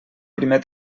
primer